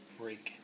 break